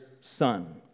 son